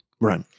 right